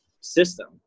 system